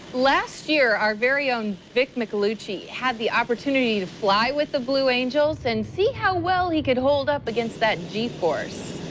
last year our very own vic micolucci had the opportunity to fly with the blue angel so and see how well he could hole up against that g-force.